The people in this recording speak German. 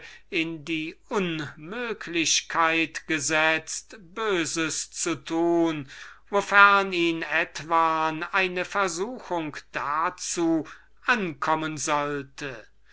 in die unmöglichkeit gesetzt böses zu tun wofern ihn etwan eine versuchung dazu ankommen sollte